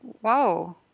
whoa